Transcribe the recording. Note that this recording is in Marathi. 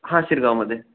हा हा शिरगावमध्ये